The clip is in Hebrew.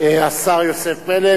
השר יוסף פלד.